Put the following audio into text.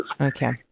Okay